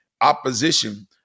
opposition